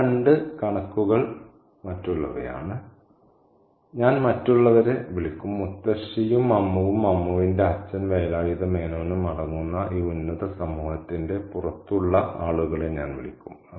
ഈ രണ്ട് കണക്കുകൾ മറ്റുള്ളവയാണ് ഞാൻ മറ്റുള്ളവരെ വിളിക്കും മുത്തശ്ശിയും അമ്മുവും അമ്മുവിന്റെ അച്ഛൻ വേലായുധ മേനോനും അടങ്ങുന്ന ഈ ഉന്നത സമൂഹത്തിന്റെ പുറത്തുള്ള ആളുകളെ ഞാൻ വിളിക്കും